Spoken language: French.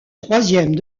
troisième